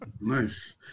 nice